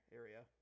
area